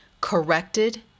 corrected